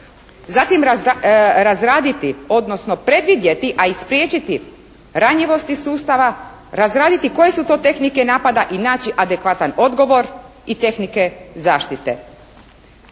Zatim razraditi, odnosno predvidjeti, a i spriječiti ranjivosti sustava, razraditi koje su to tehnike napada i naći adekvatan odgovor i tehnike zaštite.